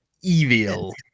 evil